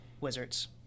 Wizards